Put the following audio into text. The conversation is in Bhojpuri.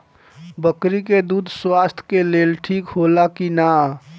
बकरी के दूध स्वास्थ्य के लेल ठीक होला कि ना?